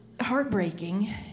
heartbreaking